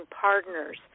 partners